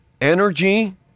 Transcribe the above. Energy